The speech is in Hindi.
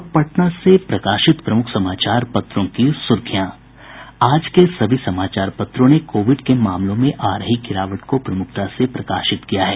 अब पटना से प्रकाशित प्रमुख समाचार पत्रों की सुर्खियां आज के सभी समाचार पत्रों ने कोविड के मामलों में आ रही गिरावट को प्रमुखता से प्रकाशित किया है